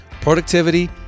productivity